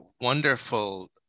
wonderful